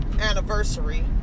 anniversary